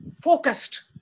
focused